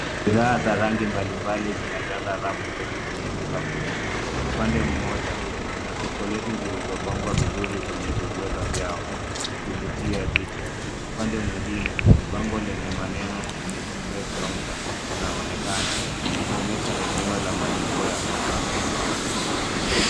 Bidhaa za rangi mbalimbali zinajaza rafu ndefu kwenye duka kubwa. Upande moja, kuna chokoleti zilizopangwa vizuri kwenye vibweta zao, zikivutia jicho. Upnade mwingine, bango lenye maneno express counter inaonekana ikionyesha eneo la malipo ya haraka.